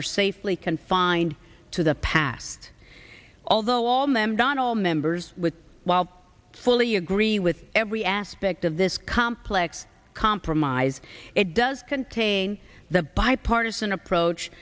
are safely confined to the past although all them don all members while fully agree with every aspect of this complex compromise it does contain the bipartisan approach